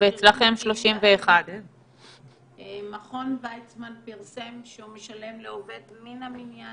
ואצלכם 31. מכון וייצמן פרסם שהוא משלם לעובד מן המניין,